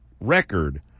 record